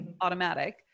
automatic